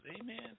Amen